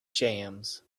jams